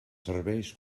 serveis